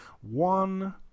One